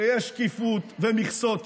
שיש שקיפות ומכסות,